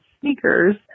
sneakers